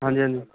ਹਾਂਜੀ ਹਾਂਜੀ